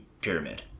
pyramid